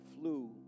flew